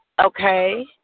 Okay